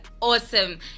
awesome